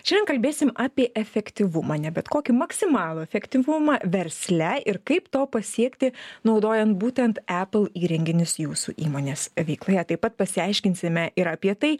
šiandien kalbėsim apie efektyvumą ne bet kokį maksimalų efektyvumą versle ir kaip to pasiekti naudojant būtent apple įrenginius jūsų įmonės veikloje taip pat pasiaiškinsime ir apie tai